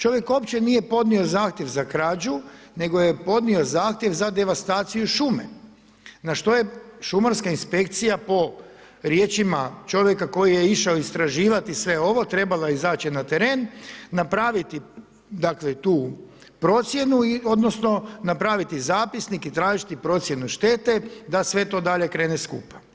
Čovjek opće nije podnio Zahtjev za krađu, nego je podnio Zahtjev za devastaciju šume, na što je šumarska inspekcija po riječima čovjeka koji je išao istraživati sve ovo, trebala je izaći na teren, napraviti dakle tu procjenu odnosno napraviti zapisnik i tražiti procjenu štete da sve to dalje krene skupa.